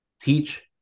teach